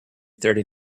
thirty